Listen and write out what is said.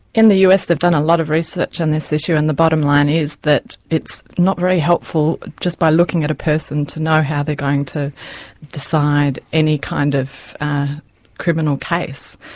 in the us they've done a lot of research on this issue and the bottom line is that it's not very helpful just by looking at a person, to know how they're going to decide any kind of criminal case.